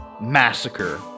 massacre